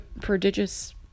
prodigious